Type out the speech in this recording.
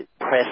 press